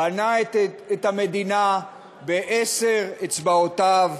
בנה את המדינה בעשר אצבעותיו,